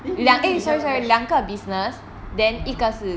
eh 不是跟你一样 batch (uh huh)